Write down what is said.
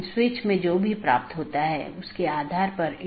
दो त्वरित अवधारणाऐ हैं एक है BGP एकत्रीकरण